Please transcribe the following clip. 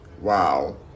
Wow